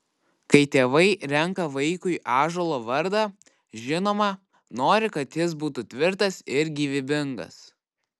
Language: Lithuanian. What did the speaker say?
kai tėvai renka vaikui ąžuolo vardą žinoma nori kad jis būtų tvirtas ir gyvybingas